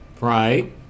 Right